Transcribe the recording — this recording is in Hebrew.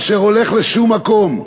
אשר הולך לשום מקום.